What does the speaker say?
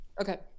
Okay